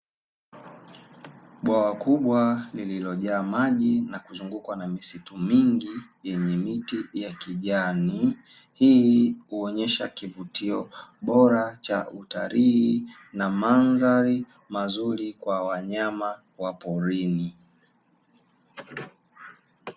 Bwawa kubwa lililojaa maji, na kuzungukwa na misitu mingi yenye miti ya kijani, hii huonyesha kivutio bora cha utalii na mandhari mazuri kwa wanyama wa porini.